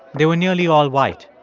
they were nearly all white.